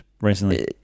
recently